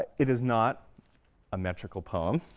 it is not a metrical poem.